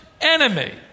enemy